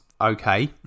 okay